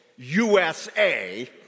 USA